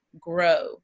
grow